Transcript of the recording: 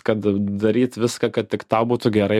kad daryt viską kad tik tau būtų gerai